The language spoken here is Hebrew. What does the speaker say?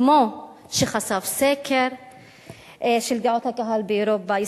כמו שחשף סקר של דעת הקהל באירופה,